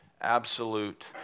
absolute